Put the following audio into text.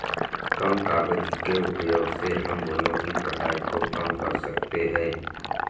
कम कागज़ के उपयोग से हम वनो की कटाई को कम कर सकते है